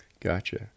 Gotcha